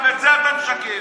גם בזה אתה משקר.